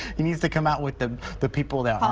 he needs to come out with the the people yeah ah